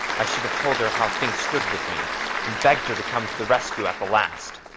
i should have told her how things stood with me and begged her to come to the rescue at the last.